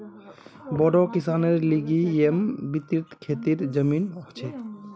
बोड़ो किसानेर लिगि येमं विस्तृत खेतीर जमीन ह छे